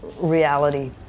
reality